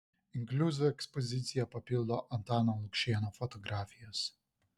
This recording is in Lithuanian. inkliuzų ekspoziciją papildo antano lukšėno fotografijos